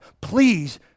Please